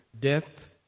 Death